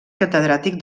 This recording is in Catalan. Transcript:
catedràtic